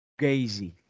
Gazy